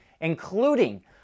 including